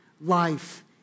life